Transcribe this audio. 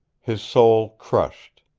his soul crushed.